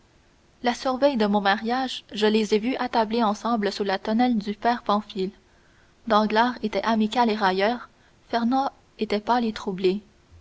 la surveille de mon mariage je les ai vu attablés ensemble sous la tonnelle du père pamphile danglars était amical et railleur fernand était pâle et